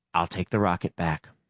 i'll take the rocket back.